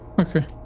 okay